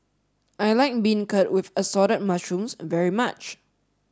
I like Beancurd with Assorted Mushrooms very much